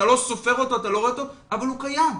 אתה לא סופר אותו ולא רואה אותו, אבל הוא קיים.